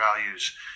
values